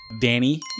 Danny